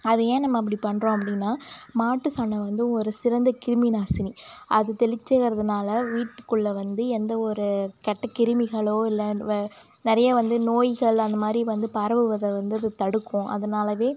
அதை ஏன் நம்ம அப்படி பண்ணுறோம் அப்படினா மாட்டு சாணம் வந்து ஒரு சிறந்த கிருமிநாசினி அது தெளிக்கிறதுனால வீட்டுக்குள்ளே வந்து எந்த ஒரு கெட்ட கிருமிகளோ இல்லை வே நிறைய வந்து நோய்கள் அந்தமாதிரி வந்து பரவுவதை வந்து அது தடுக்கும் அதனாலவே